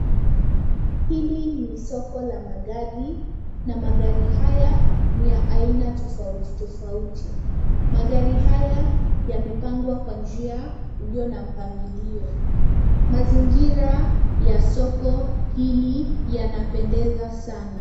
Hili ni soko la magari, na magari haya ni ya aina tofauti tofauti. Magari haya yamepangwa kwa njia uliyo na mpangilio. Mazingira ya soko hili yanapendeza sana.